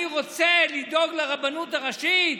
אני רוצה לדאוג לרבנות הראשית,